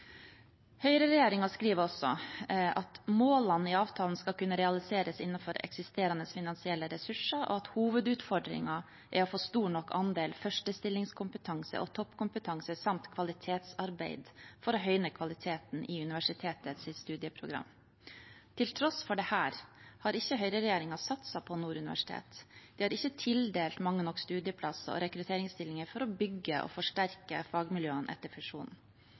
skriver også: «Målene i avtalen skal kunne realiseres innenfor eksisterende finansielle ressurser.» Og videre: «Hovedutfordringen er å få stor nok andel førstestillingskompetanse og toppkompetanse samt kvalitetsarbeid for å høyne kvaliteten i universitetets studieprogram.» Til tross for dette har ikke høyreregjeringen satset på Nord universitet. De har ikke tildelt mange nok studieplasser og rekrutteringsstillinger for å bygge og forsterke fagmiljøene etter